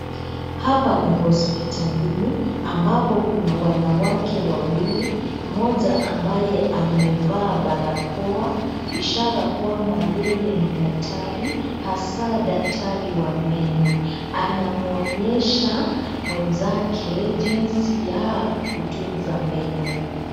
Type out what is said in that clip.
Hapa ni hospitalini ambapo kuna wanawake wawili, mmoja ambaye amevaa barakoa ishara kwamba yeye ni daktari hasa daktari wa meno, anamuonyesha mwenzake jinsi ya kutunza meno.